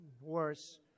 worse